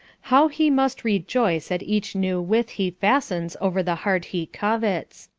how he must rejoice at each new withe he fastens over the heart he covets.